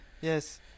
yes